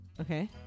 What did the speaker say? Okay